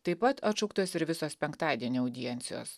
taip pat atšauktos ir visos penktadienio audiencijos